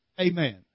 Amen